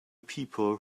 people